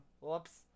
Whoops